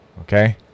okay